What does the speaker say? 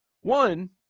One